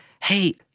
hey